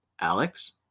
Alex